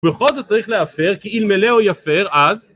ובכל זאת צריך להפר כי אלמלא או יפר אז